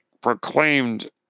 proclaimed